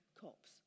cops